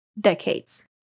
decades